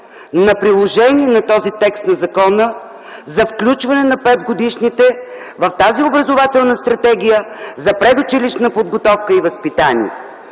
на приложение на този текст на закона за включване на 5-годишните в тази образователна стратегия за предучилищна подготовка и възпитание.